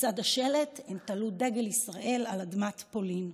לצד השלט הם תלו דגל ישראל על אדמת פולין.